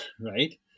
right